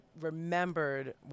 remembered